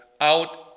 out